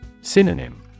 Synonym